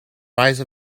rise